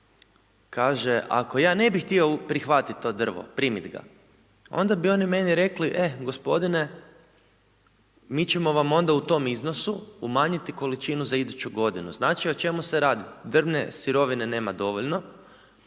kaže ako ja ne bi htio prihvatiti to drvo, primit ga, onda bi oni meni rekli, e gospodine, mi ćemo vam onda u tom iznosu umanjiti količinu za iduću godinu. Znači o čemu se radi? Drvne sirovine nema dovoljno,